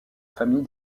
famille